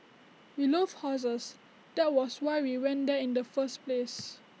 we love horses that was why we went there in the first place